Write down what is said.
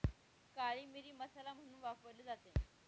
काळी मिरी मसाला म्हणून वापरली जाते